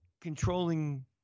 controlling